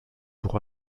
pour